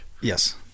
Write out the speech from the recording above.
Yes